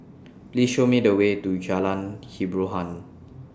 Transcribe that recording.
Please Show Me The Way to Jalan Hiboran